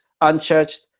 unchurched